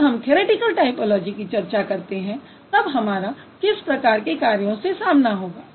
जब हम theoretical typology की चर्चा करते हैं तब हमारा किस प्रकार के कार्यों से सामना होगा